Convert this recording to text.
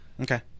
Okay